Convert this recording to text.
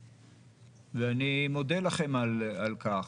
ואני מודה לכם על כך.